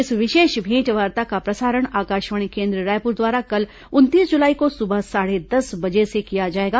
इस विशेष भेंटवार्ता का प्रसारण आकाशवाणी केन्द्र रायपुर द्वारा कल उनतीस जुलाई को सुबह साढ़े दस बजे से किया जाएगा